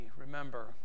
remember